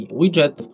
widget